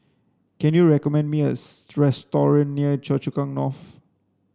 can you recommend me a restaurant near Choa Chu Kang North